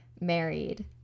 married